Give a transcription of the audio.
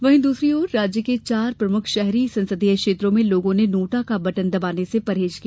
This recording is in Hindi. वहीं दूसरी ओर राज्य के चार प्रमुख शहरी संसदीय क्षेत्रों में लोगों ने नोटा का बटन दबाने से परहेज किया